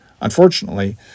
Unfortunately